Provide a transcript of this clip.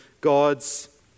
God's